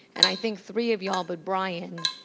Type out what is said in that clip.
and i think three of you, all but bryan,